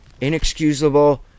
Inexcusable